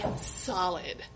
solid